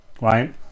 right